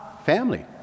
family